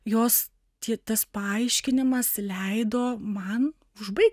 jos tik tas paaiškinimas leido man užbaigt